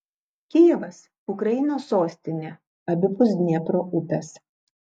kijevas ukrainos sostinė abipus dniepro upės